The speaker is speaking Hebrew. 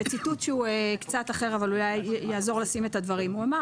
בציטוט שהוא קצת אחר אבל יעזור לשים את הדברים במקומם: